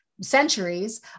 centuries